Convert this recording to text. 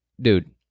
dude